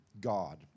God